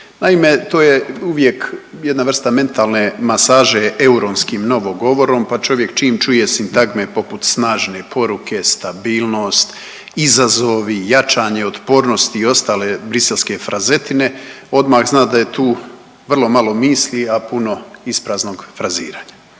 Naime, to je uvijek jedna vrsta mentalne masaže euronskim novogovorom pa čovjek čim čuje sintagme poput snažne poruke, stabilnost, izazovi, jačanje otpornosti i ostale briselske frazetine, odmah zna da je tu vrlo malo misli, a puno ispraznog fraziranja.